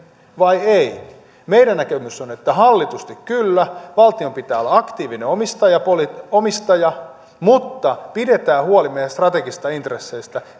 vai ei meidän näkemyksemme on että hallitusti kyllä valtion pitää olla aktiivinen omistaja mutta pidetään huoli meidän strategisista intresseistä